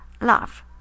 love